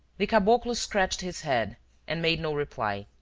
the caboclo scratched his head and made no reply.